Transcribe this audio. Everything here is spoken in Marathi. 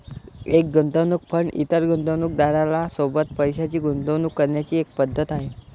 एक गुंतवणूक फंड इतर गुंतवणूकदारां सोबत पैशाची गुंतवणूक करण्याची एक पद्धत आहे